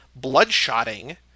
bloodshotting